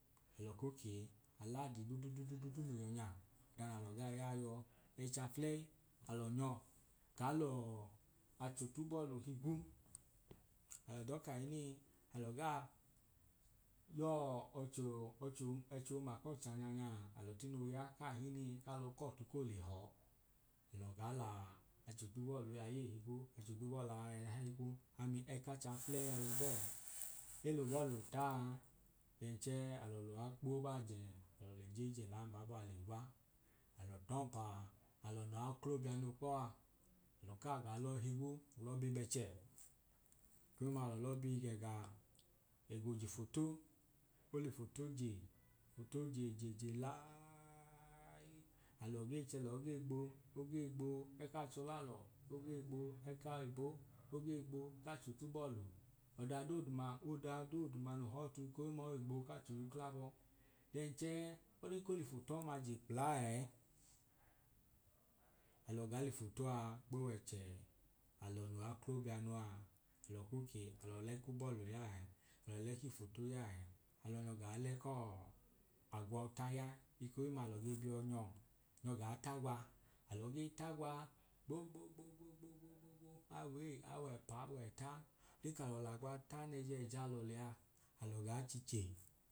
Alọ ko kee aladi dudududu no yọ nya, ọda nalọ gaa yaa yọọ, ẹch’afulei alọ nyọ gaa lacho t’ubọlu higwu alọ dọọ kahinin alọ gaa yọọ ochoo ochoo ẹchi ọma k’ọchẹ anya nya. Alọ tino ya kaahinin kalọ kọọtu kole họọ alọ ga la acho tubọlu aya ei higwu, acho tubọlu a higwu ami eka cha fuleyi a ya bọọ aa. Elu bọọlu taa then chẹẹ alọ luwa kpo baaje alọ l’eje jelaa mbabọọ a l’egwa alọ tọmpa alọ no wao klobianu kpọọ a kaa gaa lọ higwu lọọ bi bẹchẹ. Eko dooduma alọ bi g’ẹga ẹgo jifoto, olifoto je ifoto je je je laaaaiii. Alọ gee chelọọ gee gbo ogee gbo kaa chọ lalọ ogee gbo ka oyibo, ogee gbo ka cho tubọlu. Ọdadooduma ọda doduma no họọ ọtu ekohimma oi gbo eka cho y’ukla bọ, then chee ọdin ko l’ifoto ọma je kpla ee, alọ gaa l’ifoto a kpo w’ẹche alọ no waoklobianu, alọ ko kee alọ le k’ubọọlu a ya ee alọ leki foto yaẹẹ, alọ nyọ gaa le kọọ agwa ota ya. Ikohimma alọ ge biọ nyọ nyọ gaa tagwa, alọ ge tagwa gbo gbo gbo gbo gbo gbo awa ei awa ẹpa awa ẹta. Le kalọ lagwa ta nẹ ẹjẹ ijalẹ lẹa alọ gaa chiche.